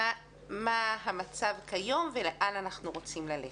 מה המצב כיום ולאן אנחנו רוצים ללכת.